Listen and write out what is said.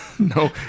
No